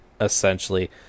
essentially